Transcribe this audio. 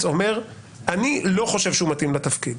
אומר שהוא לא חושב שהוא מתאים לתפקיד.